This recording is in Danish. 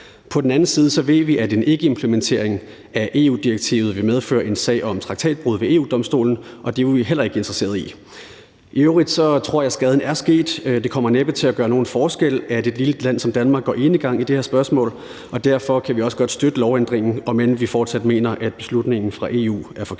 På den anden side ved vi, at en ikkeimplementering af direktivet vil medføre en sag om traktatbrud ved EU-Domstolen, og det er vi jo heller ikke interesseret i. I øvrigt tror jeg, at skaden er sket. Det kommer næppe til at gøre nogen forskel, at et lille land som Danmark går enegang på det her spørgsmål. Derfor kan vi også godt støtte lovændringen, om end vi fortsat mener, at beslutningen fra EU er forkert.